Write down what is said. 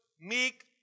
meek